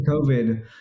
COVID